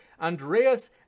Andreas